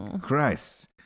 Christ